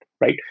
right